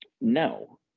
No